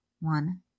one